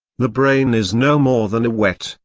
the brain is no more than a wet,